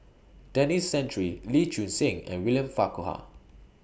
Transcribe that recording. Denis Santry Lee Choon Seng and William Farquhar